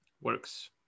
works